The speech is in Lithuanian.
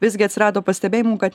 visgi atsirado pastebėjimų kad